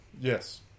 Yes